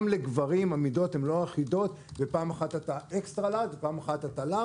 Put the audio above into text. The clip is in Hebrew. גם לגברים המידות לא אחידות ופעם אחת אתה XL ופעם אחת אתה L,